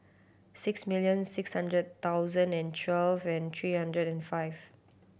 six million six hundred thousand and twelve and three hundred and five